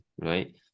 right